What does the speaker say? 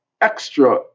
extra